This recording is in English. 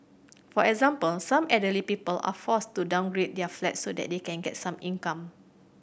for example some elderly people are forced to downgrade their flats so that they can get some income